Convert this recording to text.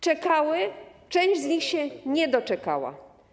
Czekali, ale część z nich się nie doczekała.